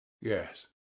Yes